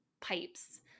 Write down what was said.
pipes